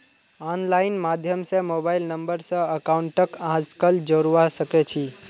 online माध्यम स mobile number स अकाउंटक आजकल जोडवा सके छी